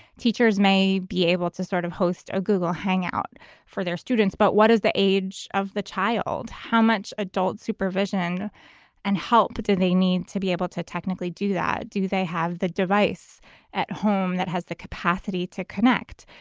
teachers may be able to sort of host a google hangout for their students, but what is the age of the child? how much adult supervision and help but do they need to be able to technically do that? do they have the device at home that has the capacity to connect?